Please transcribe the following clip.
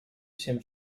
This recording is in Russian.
всем